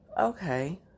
okay